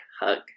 hug